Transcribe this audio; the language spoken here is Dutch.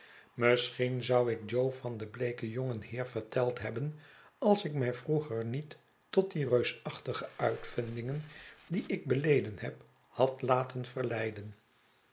misschien zou ik jo van den bleeken jongen heer verteld hebben als ik mij vroeger niet tot die reusachtige uitvindingen die ik beleden heb had laten verleiden